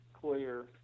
clear